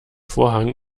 vorhang